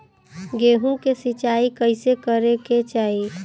गेहूँ के सिंचाई कइसे करे के चाही?